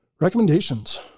Recommendations